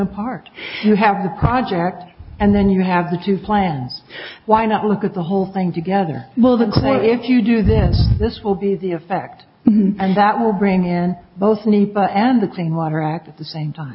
apart have the project and then you have the two plans why not look at the whole thing together will the court if you do then this will be the effect and that will bring in both new people and the same water at the same time